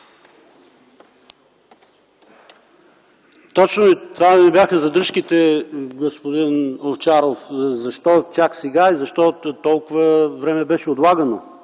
Точно това ми бяха задръжките, господин Овчаров, защо чак сега и защо толкова време беше отлагано.